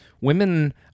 women